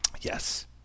Yes